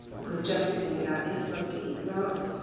because just leaving it like this won't get you the marks.